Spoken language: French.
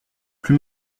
plus